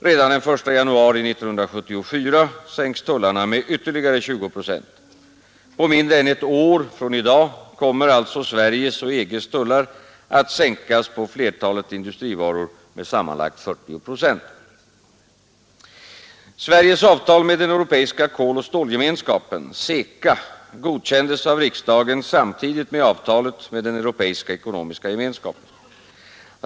Redan den 1 januari 1974 sänks tullarna med ytterligare 20 procent. På mindre än ett år från i dag kommer alltså Sveriges och EG:s tullar att sänkas på flertalet industrivaror med sammanlagt 40 procent. Sveriges avtal med den europeiska koloch stålgemenskapen godkändes av riksdagen samtidigt med avtalet med den europeiska ekonomiska gemenskapen.